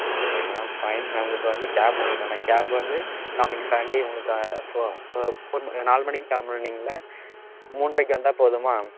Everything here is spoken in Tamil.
ஆ ஓகே மேம் ஃபைன் நான் உங்களுக்கு வந்து கேப் உங்களுக்கான கேப் வந்து கம்மிங் சண்டே உங்களுக்கு ஃபோ ஃபோர் நாலு மணிக்கு கிளம்பணுன்னிங்கள மூன்றைக்கு வந்தால் போதுமா